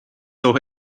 auch